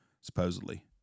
supposedly